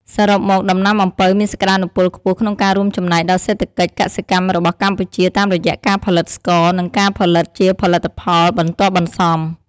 សរុបមក ដំណាំអំពៅមានសក្តានុពលខ្ពស់ក្នុងការរួមចំណែកដល់សេដ្ឋកិច្ចកសិកម្មរបស់កម្ពុជា តាមរយៈការផលិតស្ករ និងការផលិតជាផលិតផលបន្ទាប់បន្សំ។